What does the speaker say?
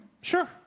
Sure